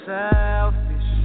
selfish